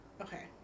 okay